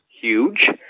Huge